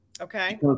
Okay